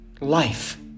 life